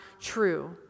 true